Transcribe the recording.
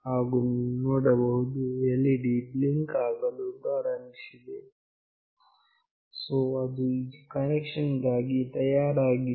ಹಾಗು ನೀವು ನೋಡಬಹುದು LED ಬ್ಲಿಂಕ್ ಆಗಲು ಪ್ರಾರಂಭಿಸಿದೆ ಸೋ ಅದು ಈಗ ಕನೆಕ್ಷನ್ ಗಾಗಿ ತಯಾರಾಗಿದೆ